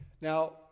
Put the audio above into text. Now